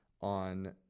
on